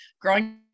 Growing